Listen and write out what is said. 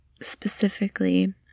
Specifically